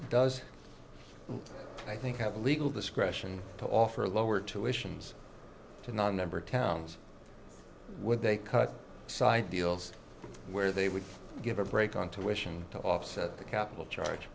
does i think have legal discretion to offer lower tuitions to nonmember towns would they cut side deals where they would give a break on tuitions to offset the capital charge